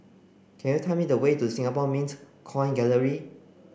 can you tell me the way to Singapore Mint Coin Gallery